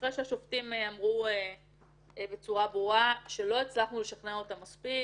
אחרי שהשופטים אמרו בצורה ברורה שלא הצלחנו לשכנע אותם מספיק,